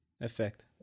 effect